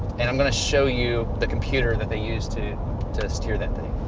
and i'm gonna show you the computer that they used to to steer that thing.